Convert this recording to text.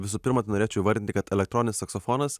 visų pirma tai norėčiau įvardinti kad elektroninis saksofonas